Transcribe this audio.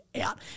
out